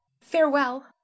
farewell